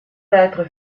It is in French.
être